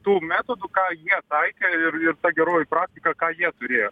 tų metodų ką jie taikė ir ir ta geroji praktika ką jie turėjo